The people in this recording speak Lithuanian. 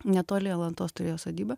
netoli alantos turėjo sodybą